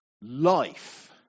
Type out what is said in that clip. life